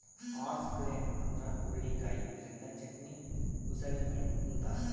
horse grain ಅಂದ್ರ ಹುರಳಿಕಾಯಿ ಇದರಿಂದ ಚಟ್ನಿ, ಉಸಳಿ ಮಾಡಿ ಉಂತಾರ್